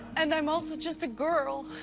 and i'm also just a girl,